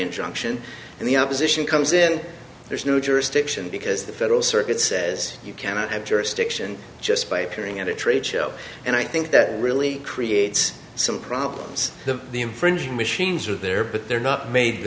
injunction and the opposition comes in there's no jurisdiction because the federal circuit says you cannot have jurisdiction just by appearing at a trade show and i think that really creates some problems the the infringing machines are there but they're not made